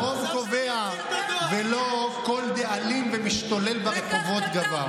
ובה הרוב קובע ולא כל דאלים ומשתולל ברחובות גבר.